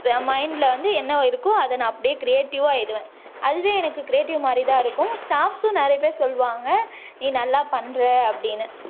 மைண்டில் வந்து என்ன இருக்கோ அதை நான் அப்படியே க்ரியேட்டிவாக எழுதுவேன் அதுவே எனக்கு க்ரியேட்டிவ் மாதிரி தான் இருக்கும் ஸ்டாப்சும் நிறைய பேர் சொல்லுவாங்க நீ நல்லா பண்ணுற அப்படினு